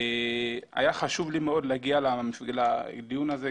היה חשוב לי מאוד להגיע לדיון הזה,